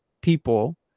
people